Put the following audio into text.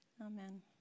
Amen